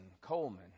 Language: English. Coleman